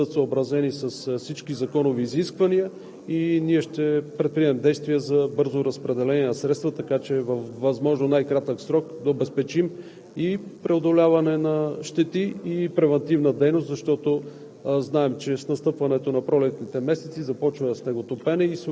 да постъпят заявките, които да бъдат съобразени с всички законови изисквания. Ние ще предприемем действия за бързо разпределение на средствата, така че във възможно най-кратък срок да обезпечим преодоляването на щетите, и превантивната дейност, защото